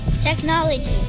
technology